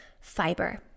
Fiber